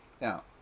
Now